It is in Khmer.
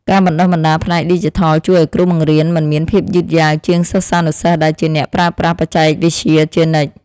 ការបណ្តុះបណ្តាលផ្នែកឌីជីថលជួយឱ្យគ្រូបង្រៀនមិនមានភាពយឺតយ៉ាវជាងសិស្សានុសិស្សដែលជាអ្នកប្រើប្រាស់បច្ចេកវិទ្យាជានិច្ច។